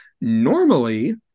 normally